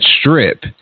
Strip